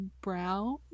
Brown